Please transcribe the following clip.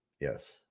yes